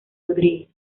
rodríguez